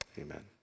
amen